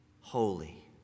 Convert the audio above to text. holy